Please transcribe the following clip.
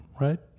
right